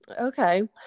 Okay